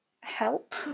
help